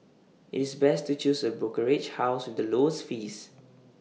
it's best to choose A brokerage house with the lowest fees